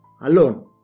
alone